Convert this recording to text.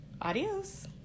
adios